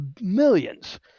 millions